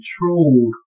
controlled